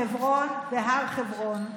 חברון והר חברון?